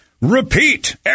repeat